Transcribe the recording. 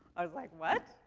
i was like, what?